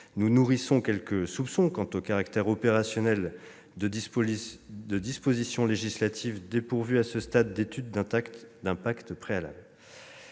Nous nourrissons quelques soupçons quant au caractère opérationnel de dispositions législatives dépourvues, à ce stade, d'étude d'impact préalable.